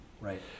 right